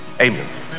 amen